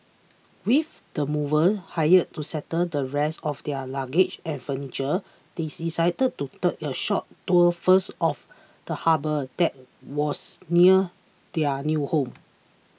with the movers hired to settle the rest of their luggage and furniture they decided to take a short tour first of the harbour that was near their new home